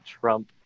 Trump